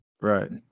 Right